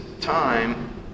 time